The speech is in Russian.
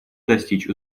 достичь